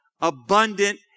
abundant